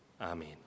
Amen